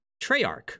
treyarch